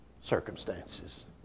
circumstances